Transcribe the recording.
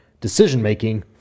decision-making